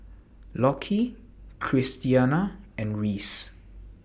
Lockie Christiana and Reese